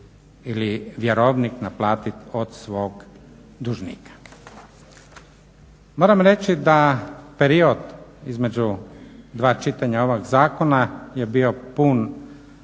ili vjerovnik naplatit od svog dužnika. Moram reći da period između dva čitanja ovog zakona je bio pun